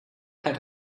had